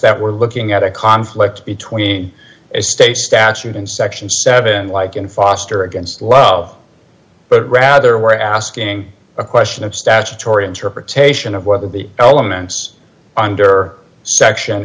that we're looking at a conflict between a state statute in section seven like in foster against love but rather we're asking a question of statutory interpretation of what the elements under section